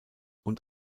und